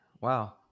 Wow